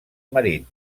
marins